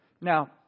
now